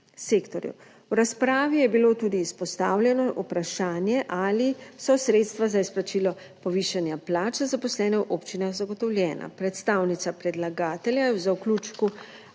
V razpravi je bilo tudi izpostavljeno vprašanje, ali so sredstva za izplačilo povišanja plač za zaposlene v občinah zagotovljena. Predstavnica predlagatelja je v zaključku